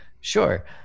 Sure